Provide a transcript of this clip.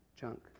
junk